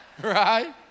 Right